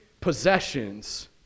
possessions